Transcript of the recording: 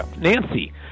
Nancy